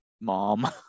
mom